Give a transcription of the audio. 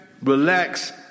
relax